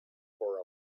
for